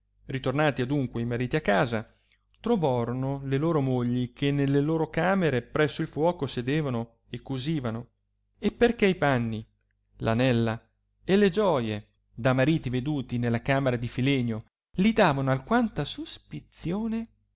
ritornati adunque i mariti a casa trovorono le loro mogli che nelle loro camere presso il fuoco sedevano e cusivano e perchè i panni anella e le gioie da mariti vedute nella camera di filenio li davano alquanta suspizione